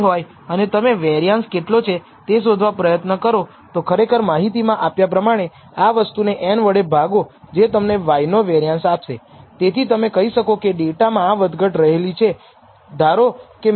અને યુનિટ એ સ્વતંત્ર ચલો છે અને એકવાર આપણે R ફંકશનનો ઉપયોગ કરીને આ ફીટ કર્યા પછી તે આ બધા આઉટપુટ આપે છે અને તે તમને ગુણાંક આપે છે